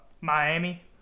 Miami